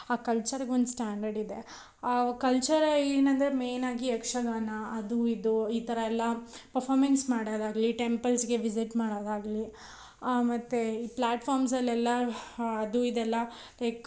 ಆ ಕಲ್ಚರ್ಗೆ ಒಂದು ಸ್ಟ್ಯಾಂಡರ್ಡ್ ಇದೆ ಆ ಕಲ್ಚರ್ ಏನಂದರೆ ಮೇನಾಗಿ ಯಕ್ಷಗಾನ ಅದು ಇದು ಈ ಥರ ಎಲ್ಲ ಪರ್ಫಾಮೆನ್ಸ್ ಮಾಡೋದಾಗಲಿ ಟೆಂಪಲ್ಸ್ಗೆ ವಿಸಿಟ್ ಮಾಡೋದಾಗಲಿ ಮತ್ತು ಈ ಪ್ಲ್ಯಾಟ್ಫಾರ್ಮ್ಸಲ್ಲೆಲ್ಲ ಅದು ಇದೆಲ್ಲ ಲೈಕ್